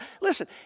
Listen